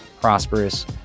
prosperous